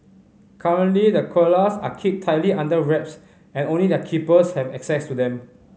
currently the koalas are kept tightly under wraps and only their keepers have access to them